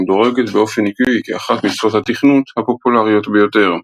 ומדורגת באופן עקבי כאחת משפות התכנות הפופולריות ביותר.